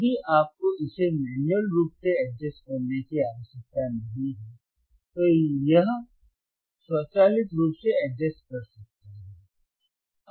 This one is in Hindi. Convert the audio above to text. यदि आपको इसे मैन्युअल रूप से एडजस्ट करने की आवश्यकता नहीं है तो यह स्वचालित रूप से एडजस्ट कर सकता है